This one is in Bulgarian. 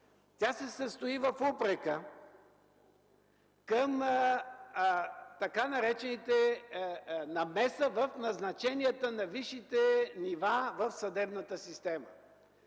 Тя се състои в упрека към така наречената намеса в назначенията на висшите нива в съдебната система.